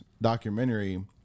documentary